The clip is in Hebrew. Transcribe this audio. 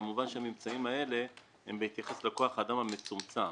כמובן שהממצאים האלה הם בהתייחס לכוח האדם המצומצם.